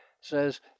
says